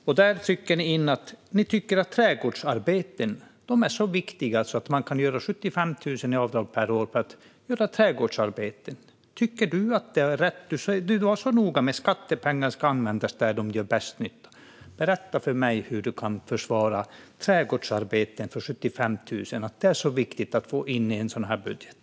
I budgeten trycker ni in att ni tycker att trädgårdsarbete är så viktigt att man ska kunna göra avdrag för 75 000 per år för trädgårdsarbete. Tycker du att det är rätt, Lotta Olsson? Du var så noga med att skattepengar ska användas där de gör bäst nytta. Berätta för mig hur du kan försvara avdrag för 75 000 för trädgårdsarbete! Hur kan det vara så viktigt att få in det i en sådan här budget?